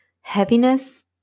heaviness